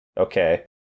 okay